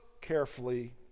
carefully